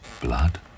Blood